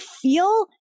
feel